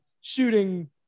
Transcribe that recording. shooting